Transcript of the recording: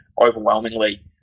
overwhelmingly